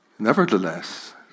Nevertheless